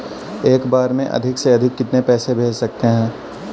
एक बार में अधिक से अधिक कितने पैसे भेज सकते हैं?